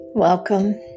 Welcome